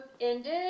ended